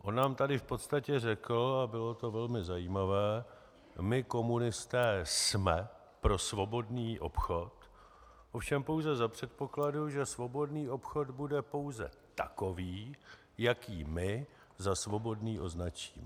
On nám tady v podstatě řekl a bylo to velmi zajímavé: My komunisté jsme pro svobodný obchod, ovšem pouze za předpokladu, že svobodný obchod bude pouze takový, jaký my za svobodný označíme.